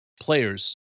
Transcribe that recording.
players